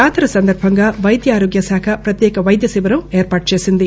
జాతర సందర్బంగా వైద్య ఆరోగ్యశాఖ పత్యేక వైద్య శిబిరం ఏర్పాటు చేశారు